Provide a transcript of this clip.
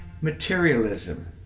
materialism